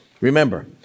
Remember